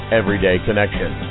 everydayconnection